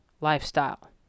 lifestyle